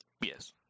Yes